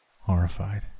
horrified